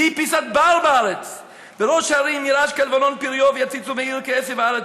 יהי פסת בר בארץ בראש הרים ירעש כלבנון פריו ויציצו מעיר כעשב הארץ.